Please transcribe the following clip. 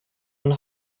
und